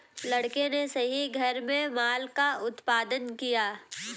लड़के ने सही घर में माल का उत्पादन किया